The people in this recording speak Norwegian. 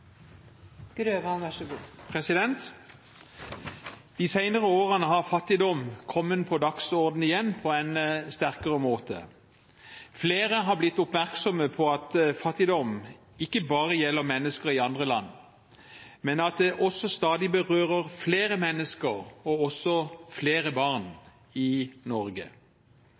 De senere årene har fattigdom kommet på dagsordenen igjen på en sterkere måte. Flere har blitt oppmerksom på at fattigdom ikke bare gjelder mennesker i andre land, men at det også stadig berører flere mennesker og også flere barn i Norge.